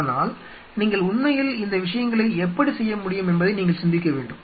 ஆனால் நீங்கள் உண்மையில் இந்த விஷயங்களை எப்படி செய்ய முடியும் என்பதை நீங்கள் சிந்திக்க வேண்டும்